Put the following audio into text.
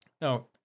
No